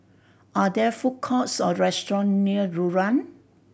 are there food courts or restaurants near Rulang